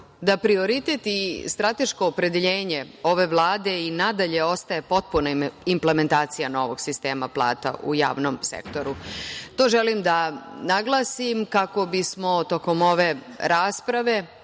da prioritet i strateško opredeljenje ove Vlade i nadalje ostaje potpuna implementacija novog sistema plata u javnom sektoru. To želim da naglasim kako bi smo tokom ove rasprave